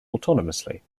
autonomously